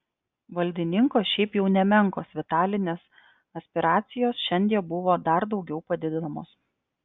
valdininko šiaip jau nemenkos vitalinės aspiracijos šiandie buvo dar daugiau padidinamos